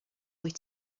wyt